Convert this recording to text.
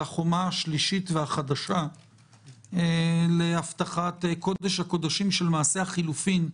על החומה השלישית והחדשה להבטחת קודש הקודשים של מעשה החילופים.